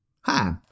Hi